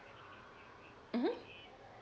mmhmm